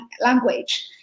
language